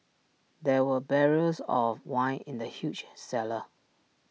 there were barrels of wine in the huge cellar